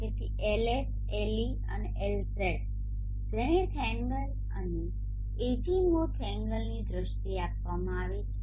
તેથી Ls Le અને Lz zenith angle અને એજીમુથ એન્ગલની દ્રષ્ટિએ આપવામાં આવે છે